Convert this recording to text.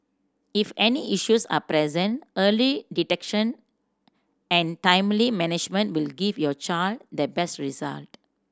if any issues are present early detection and timely management will give your child the best result